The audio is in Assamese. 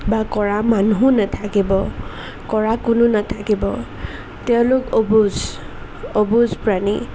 বা কৰা মানুহ নাথাকিব কৰা কোনো নাথাকিব তেওঁলোক অবুজ অবুজ প্ৰাণী